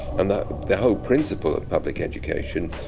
and the whole principle of public education.